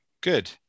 Good